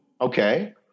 okay